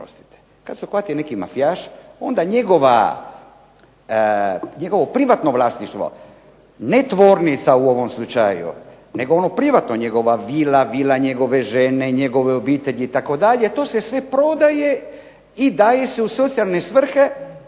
kad se uhvati neki mafijaš onda njegovo privatno vlasništvo, ne tvornica u ovom slučaju nego ono privatno, njegova vila, vila njegove žene, njegove obitelji itd. to se sve prodaje i daje se u socijalne svrhe